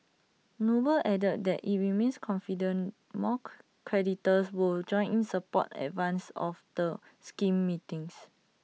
noble added that IT remains confident more creditors will join in support in advance of the scheme meetings